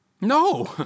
No